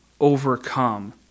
overcome